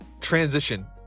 transition